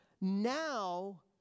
Now